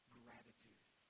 gratitude